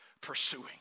pursuing